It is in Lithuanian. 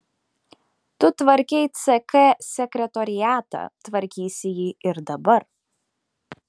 tu tvarkei ck sekretoriatą tvarkysi jį ir dabar